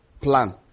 plan